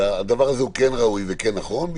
שהדבר הזה הוא כן ראוי וכן נכון.